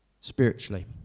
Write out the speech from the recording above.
spiritually